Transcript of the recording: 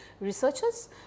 researchers